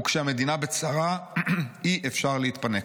וכשהמדינה בצרה אי-אפשר להתפנק.